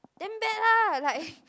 damn bad lah like